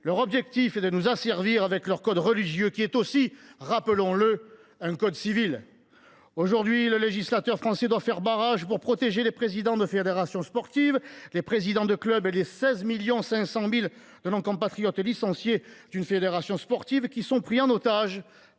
Leur objectif est de nous asservir à leur code religieux, qui, rappelons le, est aussi un code civil. Aujourd’hui, le législateur français doit faire barrage pour protéger les présidents de fédération sportive, les présidents de club et les 16,5 millions de nos compatriotes licenciés d’une fédération sportive, pris en otages